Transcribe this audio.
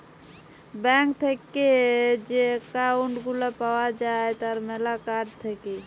bank থেক্যে যে account গুলা পাওয়া যায় তার ম্যালা কার্ড থাক্যে